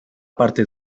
parte